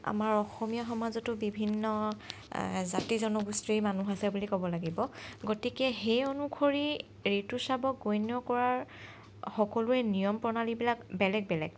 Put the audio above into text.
আমাৰ অসমীয়া সমাজতো বিভিন্ন জাতি জনগোষ্ঠীৰ মানুহ আছে বুলি ক'ব লাগিব গতিকে সেই অনুসৰি ঋতুস্ৰাৱক গণ্য কৰাৰ সকলোৱে নিয়ম প্ৰণালীবিলাক বেলেগ বেলেগ